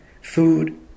Food